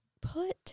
put